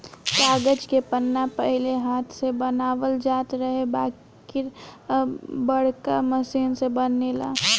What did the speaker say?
कागज के पन्ना पहिले हाथ से बनावल जात रहे बाकिर अब बाड़का मशीन से बनेला